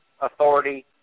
authority